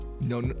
no